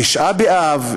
תשעה באב,